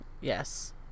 yes